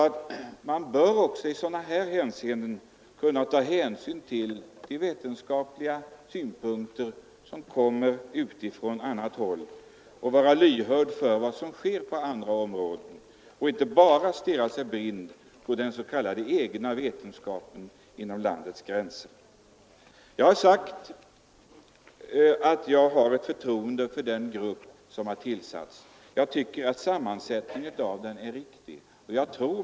Men man bör också i sådana här hänseenden kunna ta hänsyn till de vetenskapliga synpunkter som läggs fram från annat håll och vara lyhörd för vad som sker i andra länder — och inte bara stirra sig blind på den s.k. egna vetenskapen inom landets gränser. Jag har sagt att jag har förtroende för den grupp som tillsatts och att jag anser att dess sammansättning är riktig.